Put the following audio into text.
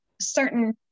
certain